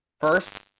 First